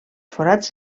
forats